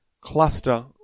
cluster